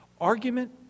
Argument